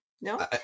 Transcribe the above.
no